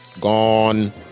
gone